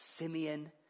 Simeon